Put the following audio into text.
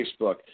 Facebook